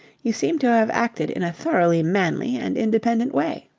you seem to have acted in a thoroughly manly and independent way.